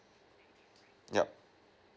yup